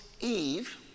Eve